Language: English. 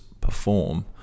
perform